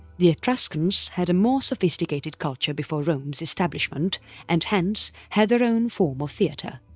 the etruscans had a more sophisticated culture before rome's establishments and hence, had their own form of theatre.